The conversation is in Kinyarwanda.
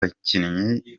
bakinnyi